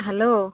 hello